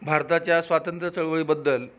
भारताच्या स्वातंत्र्य चळवळीबद्दल